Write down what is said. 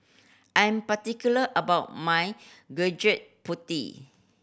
I'm particular about my Gudeg Putih